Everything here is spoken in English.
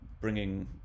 bringing